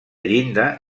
llinda